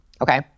okay